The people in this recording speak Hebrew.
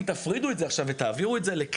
אם תפרידו את זה עכשיו ותעבירו את זה לכלל,